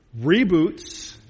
reboots